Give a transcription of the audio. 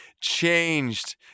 changed